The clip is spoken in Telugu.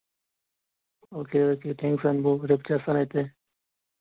ఓకే ఓకే థాంక్స్ రాంబు రేపు చేస్తాను అయితే